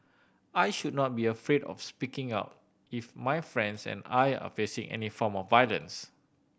I should not be afraid of speaking out if my friends and I are facing any form of violence